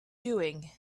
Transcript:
doing